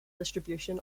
distribution